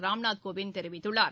ராம்நாத் கோவிந்த் தெரிவித்துள்ளார்